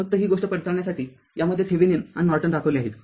फक्त ही गोष्ट पडताळण्यासाठी यामध्ये थेविनिन आणि नॉर्टन दाखविले आहेत